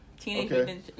Teenage